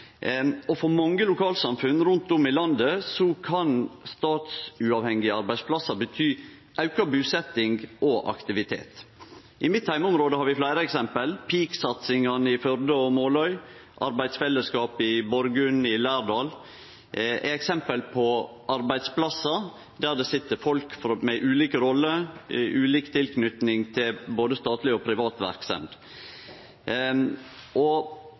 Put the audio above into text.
For mange lokalsamfunn rundt om i landet kan stadsuavhengige arbeidsplassar bety auka busetjing og aktivitet. I mitt heimeområde har vi fleire eksempel. Peak-satsingane i Førde og Måløy og arbeidsfellesskapet i Borgund i Lærdal er eksempel på arbeidsplassar der det sit folk med ulike roller og ulik tilknyting til både statleg og privat verksemd. Vi som får jobbe med transport og